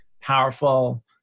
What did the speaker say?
powerful